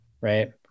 Right